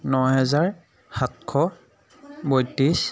ন হেজাৰ সাতশ বত্ৰিছ